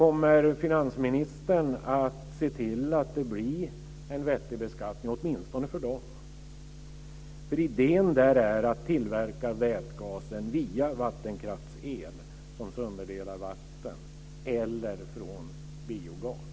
Kommer finansministern att se till att det blir en vettig beskattning, åtminstone för dessa bussar? Idén är att tillverka vätgasen med hjälp av vattenkraftsel som sönderdelar vatten eller från biogas.